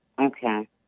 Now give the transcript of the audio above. Okay